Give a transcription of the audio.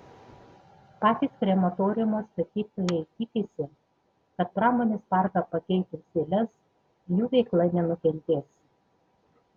patys krematoriumo statytojai tikisi kad pramonės parką pakeitus į lez jų veikla nenukentės